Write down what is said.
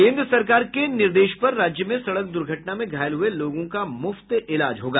केन्द्र सरकार के निर्देश पर राज्य में सड़क दुर्घटना में घायल हुए लोगों का मूफ्त इलाज किया जायेगा